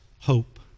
hope